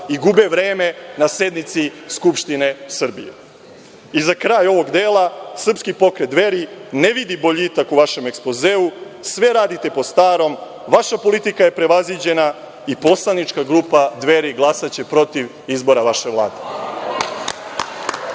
i gube vreme na sednici Skupštine Srbije.I za kraj ovog dela, srpski pokret Dveri ne vidi boljitak u vašem ekspozeu, sve radite po starom. Vaša politika je prevaziđena i poslanička grupa Dveri glasaće protiv izbora vaše Vlade.